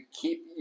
keep